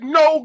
no